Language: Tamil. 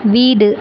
வீடு